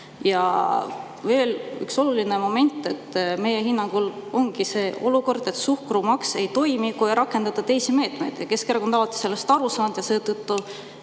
Ja veel üks oluline moment: meie hinnangul ongi olukord selline, et suhkrumaks ei toimi, kui ei rakendata teisi meetmeid. Keskerakond on sellest aru saanud ja seetõttu